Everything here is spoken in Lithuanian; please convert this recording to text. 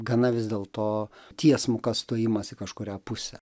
gana vis dėlto tiesmukas stojimas į kažkurią pusę